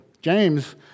James